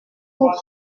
vous